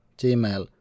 gmail